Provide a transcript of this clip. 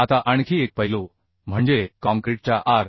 आता आणखी एक पैलू म्हणजे काँक्रीटच्या आर